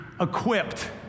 equipped